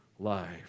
Life